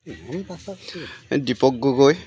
Dipak Gogoi